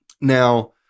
Now